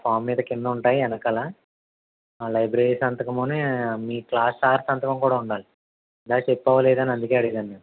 form మీద కింద ఉంటాయి వెనకాల లైబ్రరీ సంతకమూని మీ క్లాస్ సర్ సంతకం కూడా ఉండాలి ఇందాక చెప్పావా లేదా అని అందుకే అడిగాను నేను